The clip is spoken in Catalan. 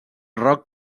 roc